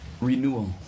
Renewal